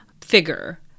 figure